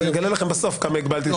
בסוף אגלה לכם בכמה זמן הגבלתי את